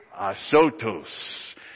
Asotos